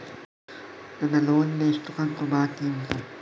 ನನ್ನ ಲೋನಿನ ಎಷ್ಟು ಕಂತು ಬಾಕಿ ಉಂಟು?